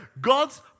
God's